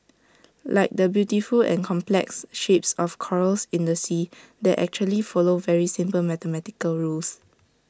like the beautiful and complex shapes of corals in the sea that actually follow very simple mathematical rules